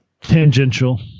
Tangential